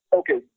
okay